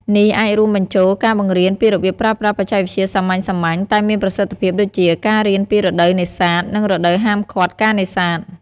នេះអាចរួមបញ្ចូលការបង្រៀនពីរបៀបប្រើប្រាស់បច្ចេកវិទ្យាសាមញ្ញៗ តែមានប្រសិទ្ធភាព ដូចជា ការរៀនពីរដូវនេសាទ និងរដូវហាមឃាត់ការនេសាទ។